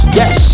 yes